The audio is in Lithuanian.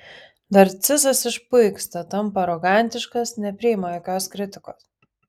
narcizas išpuiksta tampa arogantiškas nepriima jokios kritikos